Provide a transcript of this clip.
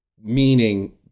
meaning